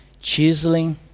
chiseling